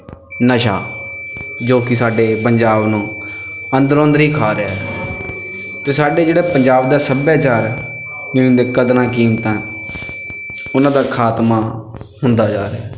ਨਸ਼ਾ ਜੋ ਕਿ ਸਾਡੇ ਪੰਜਾਬ ਨੂੰ ਅੰਦਰੋਂ ਅੰਦਰੀ ਖਾ ਰਿਹਾ ਅਤੇ ਸਾਡੇ ਜਿਹੜਾ ਪੰਜਾਬ ਦਾ ਸੱਭਿਆਚਾਰ ਜਿਵੇਂ ਕਿ ਕਦਰਾਂ ਕੀਮਤਾਂ ਉਹਨਾਂ ਦਾ ਖਾਤਮਾ ਹੁੰਦਾ ਜਾ ਰਿਹਾ